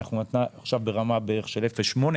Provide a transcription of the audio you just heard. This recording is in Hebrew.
עכשיו אנחנו ברמה של בערך 0.8,